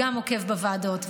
גם עוקב בוועדות,